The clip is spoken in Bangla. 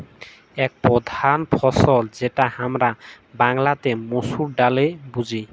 এক প্রধাল ফসল যেটা হামরা বাংলাতে মসুর ডালে বুঝি